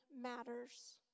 matters